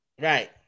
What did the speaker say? Right